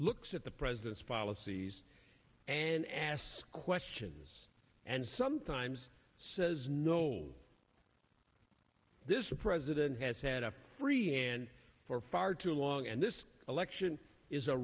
looks at the president's policies and ask questions and sometimes says no this the president has had a free hand for far too long and this election is a